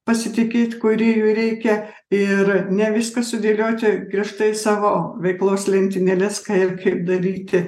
pasitikėti kūrėju reikia ir ne viską sudėlioti griežati savo veiklos lentynėles ką ir kaip daryti